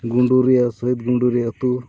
ᱜᱩᱸᱰᱩᱨᱤᱭᱟᱹ ᱥᱚᱦᱤᱫᱽ ᱜᱩᱸᱰᱩᱨᱤᱭᱟᱹ ᱟᱛᱳ